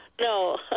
No